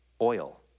oil